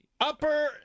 Upper